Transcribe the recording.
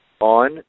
on